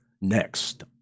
Next